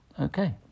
Okay